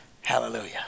hallelujah